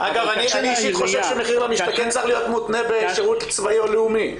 אני חושב שמחיר למשתכן צריך להיות מותנה בשירות צבאי או לאומי.